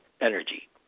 energy